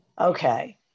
Okay